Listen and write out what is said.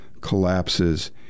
collapses